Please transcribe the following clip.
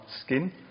skin